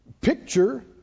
Picture